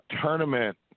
tournament